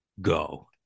go